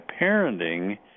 parenting